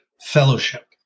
fellowship